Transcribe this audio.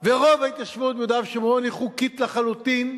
ורוב ההתיישבות ביהודה ושומרון היא חוקית לחלוטין.